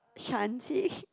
shan't say